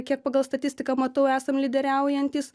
kiek pagal statistiką matau esam lyderiaujantys